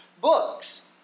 books